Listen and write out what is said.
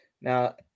Now